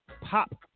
pop